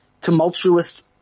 tumultuous